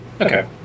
Okay